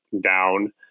down